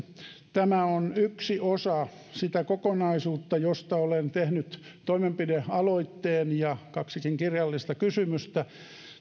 tämä on yksi osa sitä kokonaisuutta josta olen tehnyt toimenpidealoitteen ja kaksikin kirjallista kysymystä